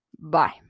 Bye